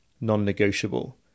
non-negotiable